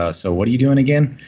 ah so what are you doing again?